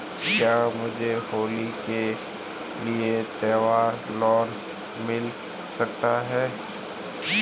क्या मुझे होली के लिए त्यौहार लोंन मिल सकता है?